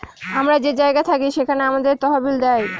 আমরা যে জায়গায় থাকি সেখানে আমাদের তহবিল দেয়